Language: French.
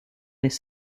lès